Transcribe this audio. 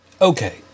Okay